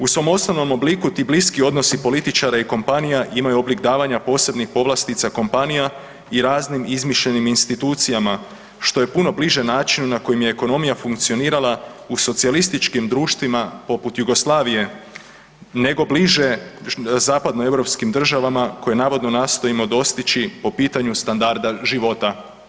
U svom osnovnom obliku, tu bliski odnosi političara i kompanijama imaju oblik davanja posebnih povlastica kompanija i raznim izmišljenim institucijama, što je puno bliže načinu na koji je ekonomija funkcionirala u socijalističkim društvima, poput Jugoslavije, nego bliže zapadnoeuropskim državama koje navodno nastojimo dostići po pitanju standarda života.